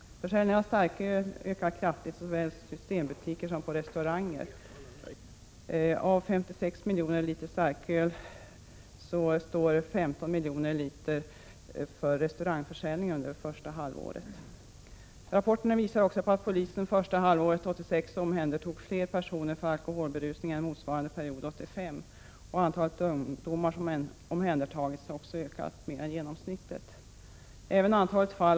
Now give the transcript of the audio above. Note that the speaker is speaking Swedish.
Försäljningen av starköl ökar kraftigt såväl i systembutiker som på restauranger. Av de 56 miljoner liter starköl som såldes första halvåret står restaurangförsäljningen för 15 miljoner liter. Rapporten visar också att polisen under det första halvåret 1986 omhändertog fler personer för alkoholberusning än motsvarande period 1985. Antalet ungdomar som omhändertagits har också ökat mer än den genomsnittliga ökningen av antalet omhändertaganden.